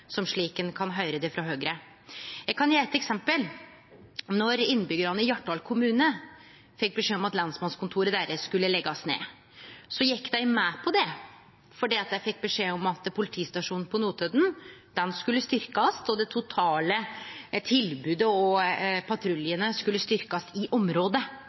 slik ein kan høyre det frå Høgre? Eg kan gje eit eksempel. Då innbyggjarane i Hjartdal kommune fekk beskjed om at lensmannskontoret deira skulle leggjast ned, gjekk dei med på det fordi dei fekk beskjed om at politistasjonen på Notodden skulle styrkjast, og det totale tilbodet og patruljane skulle styrkjast i området.